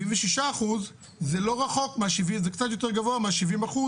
76% זה קצת יותר גבוה מ-70%,